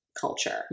culture